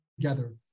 together